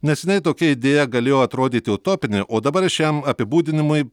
neseniai tokia idėja galėjo atrodyti utopinė o dabar šiam apibūdinimui